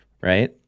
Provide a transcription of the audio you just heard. right